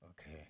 Okay